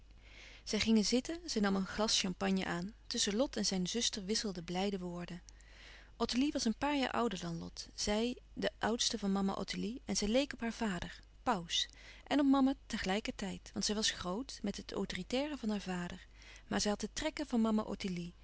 zij ging zitten zij nam een glas champagne aan tusschen lot en zijn zuster wisselden blijde woorden ottilie was een paar jaar ouder dan lot zij de oudste van mama ottilie en zij leek op haar vader pauws en op mama te gelijker tijd want zij was groot met het autoritaire van haar vader maar zij had de trekken van mama